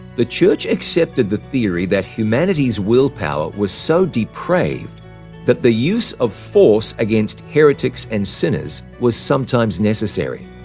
the church accepted the theory that humanity's willpower was so depraved that the use of force against heretics and sinners was sometimes necessary.